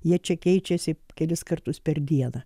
jie čia keičiasi kelis kartus per dieną